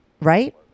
right